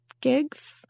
gigs